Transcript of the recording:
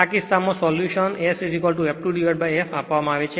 તેથી આ કિસ્સામાં સોલ્યુશન Sf2f આપવામાં આવે છે